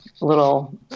Little